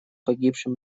погибшим